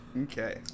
Okay